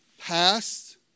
Past